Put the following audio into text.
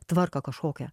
tvarką kažkokią